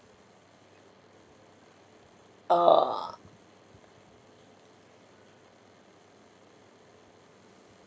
err